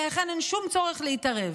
ולכן אין שום צורך להתערב.